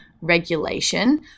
regulation